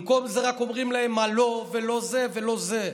במקום זה רק אומרים להם מה לא, ולא זה ולא זה.